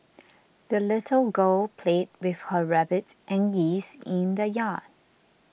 the little girl played with her rabbit and geese in the yard